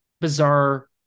bizarre